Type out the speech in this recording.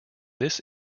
this